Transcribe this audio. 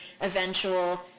eventual